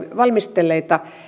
valmistelleita